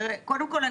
קודם כל,